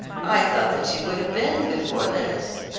i thought that you would have been before this.